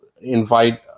invite